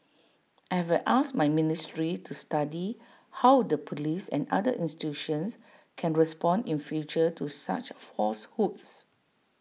I have asked my ministry to study how the Police and other institutions can respond in future to such falsehoods